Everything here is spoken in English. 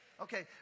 Okay